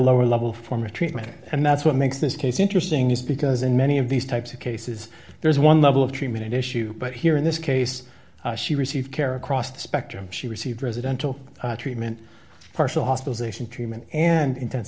lower level form of treatment and that's what makes this case interesting is because in many of these types of cases there's one level of treatment issue but here in this case she received care across the spectrum she received residential treatment partial hospitalization treatment and intens